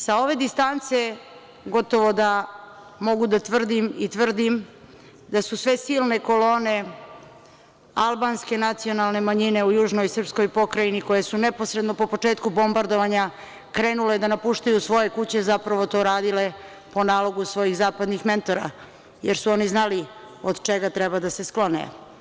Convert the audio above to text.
Sa ove distance gotovo da mogu da tvrdim i tvrdim da su sve silne kolone albanske nacionalne manjine u južnoj srpskoj pokrajini koje su neposredno po početku bombardovanja krenule da napuštaju svoje kuće, zapravo to radile po nalogu svojih zapadnih mentora, jer su oni znali od čega treba da sklone.